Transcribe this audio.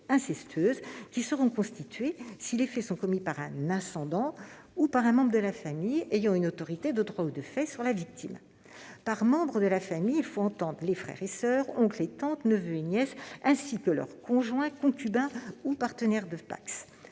qui seront constituées si les faits sont commis par un ascendant ou par un membre de la famille ayant une autorité de droit ou de fait sur la victime. Par membre de la famille, il faut entendre les frères et soeurs, les oncles et tantes, les neveux et nièces, ainsi que leurs conjoints, concubins ou partenaires de PACS.